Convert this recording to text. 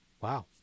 wow